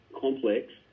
complex